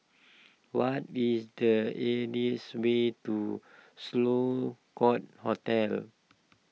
what is the easiest way to Sloane Court Hotel